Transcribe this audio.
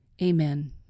amen